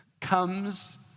comes